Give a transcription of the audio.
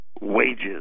wages